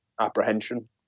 apprehension